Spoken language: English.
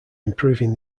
improving